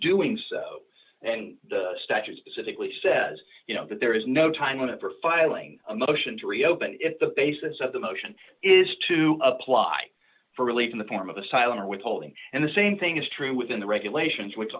doings and the statute specifically says you know that there is no time limit for filing a motion to reopen if the basis of the motion is to apply for relief in the form of asylum or withholding and the same thing is true within the regulations which